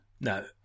no